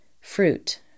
Fruit